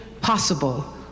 possible